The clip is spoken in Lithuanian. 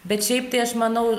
bet šiaip tai aš manau